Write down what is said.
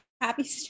happy